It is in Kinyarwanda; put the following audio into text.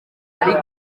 ariko